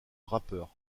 rappeur